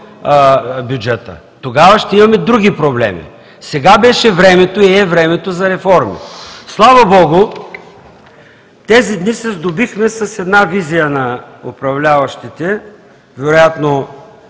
бюджета. Тогава ще имаме други проблеми. Сега беше времето и е времето за реформи. Слава богу, тези дни се сдобихме с една визия на управляващите, вероятно